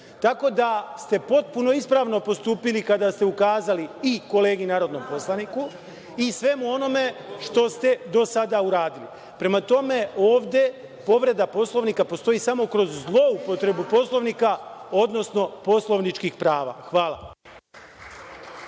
Tako da ste potpuno ispravno postupili kada ste ukazali, i kolegi narodnom poslaniku, i svemu onome što ste do sada uradili. Prema tome, ovde povreda Poslovnika postoji samo kroz zloupotrebu Poslovnika, odnosno poslovničkih prava. Hvala.